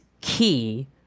key